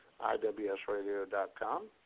iwsradio.com